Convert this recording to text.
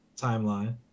timeline